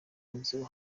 inzu